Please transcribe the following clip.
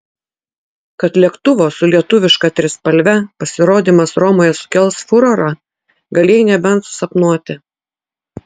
kad lėktuvo su lietuviška trispalve pasirodymas romoje sukels furorą galėjai nebent susapnuoti